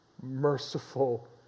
merciful